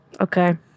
Okay